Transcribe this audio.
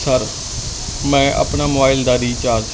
sir ਮੈਂ ਆਪਣਾ mobile ਦਾ ਰੀਚਾਰਜ